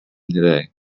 today